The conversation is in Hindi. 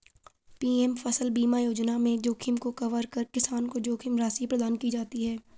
पी.एम फसल बीमा योजना में जोखिम को कवर कर किसान को जोखिम राशि प्रदान की जाती है